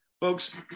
folks